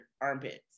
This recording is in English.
armpits